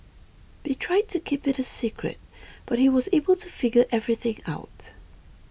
they tried to keep it a secret but he was able to figure everything out